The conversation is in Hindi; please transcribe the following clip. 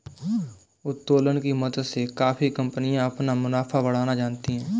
उत्तोलन की मदद से काफी कंपनियां अपना मुनाफा बढ़ाना जानती हैं